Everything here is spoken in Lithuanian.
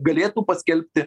galėtų paskelbti